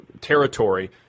territory